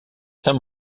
saint